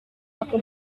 aku